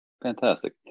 Fantastic